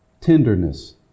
Tenderness